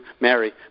Mary